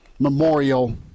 Memorial